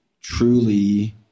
truly